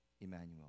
Emmanuel